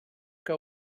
que